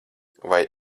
vai